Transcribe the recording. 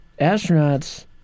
astronauts